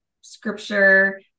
scripture